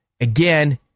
again